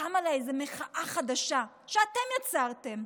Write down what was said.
שקמה לה איזה מחאה חדשה שאתם יצרתם.